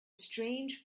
strange